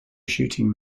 shooting